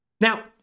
Now